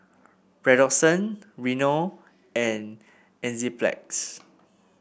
Redoxon Rene and Enzyplex